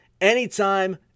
anytime